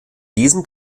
diesem